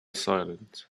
silent